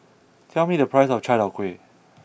tell me the price of Chai Tow Kuay